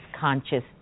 conscious